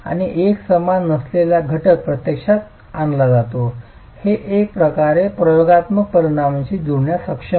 आणि एकसमान नसलेला घटक प्रत्यक्षात आणला जातो हे एक प्रकारे प्रयोगात्मक परिणामांशी जुळण्यास सक्षम आहे